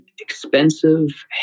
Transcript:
expensive